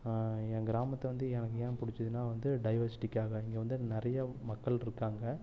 என் கிராமத்தை வந்து எனக்கு ஏன் பிடிச்சிதுன்னா வந்து டைவர்சிட்டிக்காக இங்கே வந்து நிறைய மக்கள் இருக்காங்க